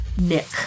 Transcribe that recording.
nick